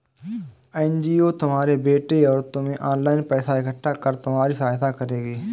NGO तुम्हारे बेटे और तुम्हें ऑनलाइन पैसा इकट्ठा कर तुम्हारी सहायता करेगी